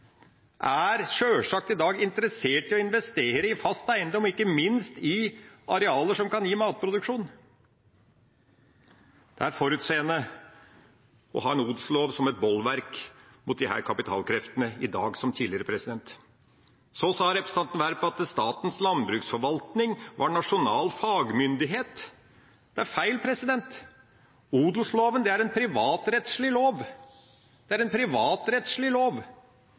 er sjølsagt i dag interessert i å investere i fast eiendom, ikke minst i arealer som kan gi matproduksjon. Det er forutseende å ha en odelslov som et bolverk mot disse kapitalkreftene – i dag som tidligere. Så sa representanten Werp at Statens landbruksforvaltning var nasjonal fagmyndighet. Det er feil. Odelsloven er en privatrettslig lov. De kan selvsagt mene hva de vil om det, men odelsloven er en privatrettslig lov.